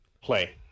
Play